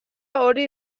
hori